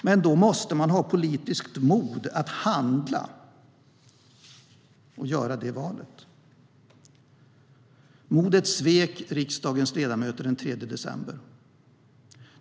Men då måste man ha politiskt mod att handla och göra det valet. Modet svek riksdagens ledamöter den 3 december.